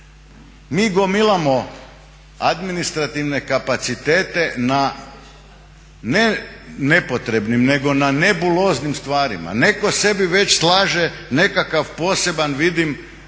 Mi gomilamo administrativne kapacitete na ne nepotrebnim, nego na nebuloznim stvarima. Neko sebi već slaže nekakav poseban vidim